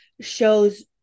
shows